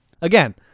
Again